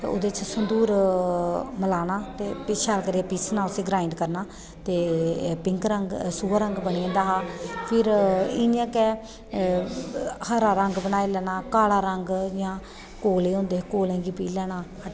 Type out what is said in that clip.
ते ओह्दे च संधूर मिलाना ते शैल करियै पीसना उसी ग्राईंड करना ते पिंक रंग सूहा रंग बनी जंदा हा फिर इंया गै हरा रंग बनाई लैना काला रंग इंया कोलै होंदे कोलै ई पीह् लैना